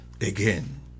Again